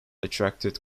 attracted